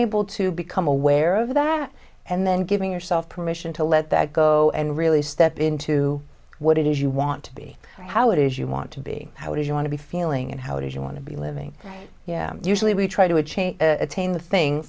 able to become aware of that and then giving yourself permission to let that go and really step into what it is you want to be how it is you want to be how do you want to be feeling and how it is you want to be living yeah usually we try to a change attain the thing